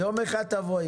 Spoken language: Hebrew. יום אחד תבואי.